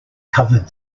covered